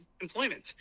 employment